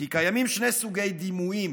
נכתב כי קיימים שני סוגי דימויים.